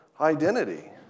identity